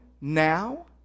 now